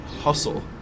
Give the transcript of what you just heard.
hustle